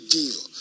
deal